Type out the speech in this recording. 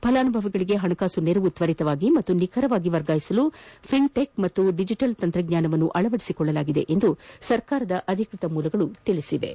ಫಲಾನುಭವಿಗಳಿಗೆ ಪಣಕಾಸು ನೆರವು ತ್ತರಿತವಾಗಿ ಪಾಗೂ ನಿಖರವಾಗಿ ವರ್ಗಾಯಿಸಲು ಫಿನ್ಟೆಕ್ ಪಾಗೂ ಡಿಜೆಟಲ್ ತಂತ್ರಜ್ಞಾನವನ್ನು ಅಳವಡಿಸಿಕೊಳ್ಳಲಾಗಿದೆ ಎಂದು ಸರ್ಕಾರದ ಅಧಿಕೃತ ಮೂಲಗಳು ತಿಳಿಸಿವೆ